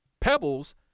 Pebbles